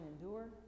endure